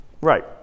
Right